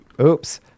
Oops